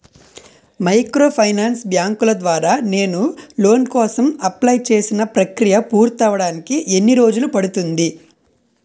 Microfinance బ్యాంకుల ద్వారా నేను లోన్ కోసం అప్లయ్ చేసిన ప్రక్రియ పూర్తవడానికి ఎన్ని రోజులు పడుతుంది?